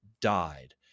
died